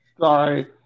Sorry